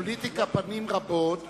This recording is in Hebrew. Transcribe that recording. אבל לפוליטיקה פנים רבות,